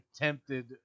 attempted